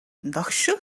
догшин